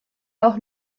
auch